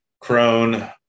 Crone